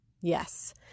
Yes